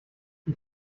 die